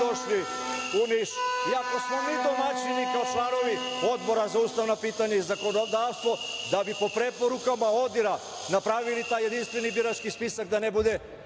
iako smo mi domaćini kao članovi Odbora za ustavna pitanja i zakonodavstvo da bi po preporukama ODIHR-a napravili taj jedinstveni birački spisak da ne bude